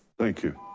thank you.